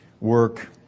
work